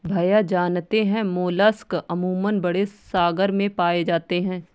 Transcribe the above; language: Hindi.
भैया जानते हैं मोलस्क अमूमन बड़े सागर में पाए जाते हैं